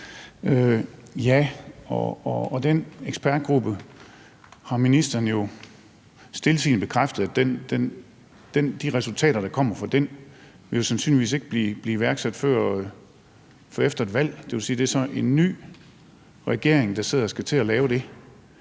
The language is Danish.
til den ekspertgruppe har ministeren jo stiltiende bekræftet, at de resultater, der kommer fra den, sandsynligvis ikke vil blive iværksat før efter et valg, og det vil sige, at det så er en ny regering, der sidder og skal til at lave det.